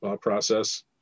process